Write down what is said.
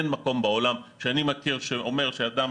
אין מקום בעולם שאני מכיר שאומר שאדם